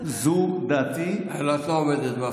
לא עומדת בהבטחה שלך.